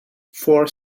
four